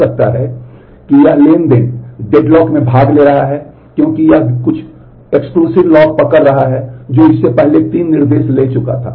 हो सकता है कि यह ट्रांज़ैक्शन डेडलॉक में भाग ले रहा है क्योंकि यह कुछ विशेष लॉक पकड़ रहा है जो इससे पहले तीन निर्देश ले चुका था